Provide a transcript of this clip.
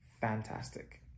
Fantastic